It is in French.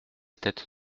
tête